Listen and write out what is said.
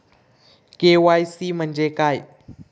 KYC म्हणजे काय?